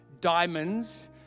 diamonds